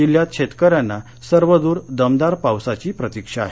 जिल्ह्यात शेतकऱ्यांना सर्वद्र दमदार पावसाची प्रतीक्षा आहे